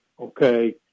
okay